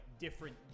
different